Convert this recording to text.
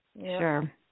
Sure